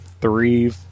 three